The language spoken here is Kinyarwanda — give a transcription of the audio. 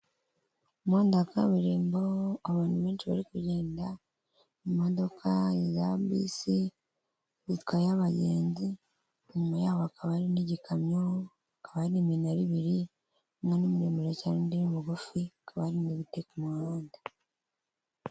Umuhanda wa kabiririmbo abantu benshi bari kugenda mu modoka za bisi zitwaye abagenzi, inyuma yabo hakaba hari n'igikamyo, hakaba hari n'iminara ibiri umwe ni muremure cyane, undi ni mugufi, hakaba hari mu ibiti ku muhanda.